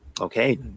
Okay